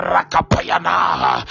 Rakapayanaha